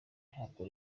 ntabwo